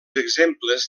exemples